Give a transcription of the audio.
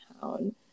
town